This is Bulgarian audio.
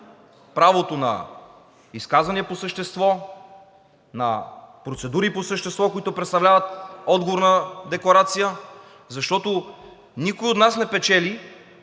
правото на изказвания по същество, на процедури по същество, които представляват отговор на декларация, защото никой от нас в тази